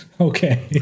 Okay